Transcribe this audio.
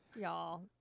Y'all